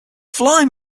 fly